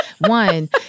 One